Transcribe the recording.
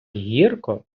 гірко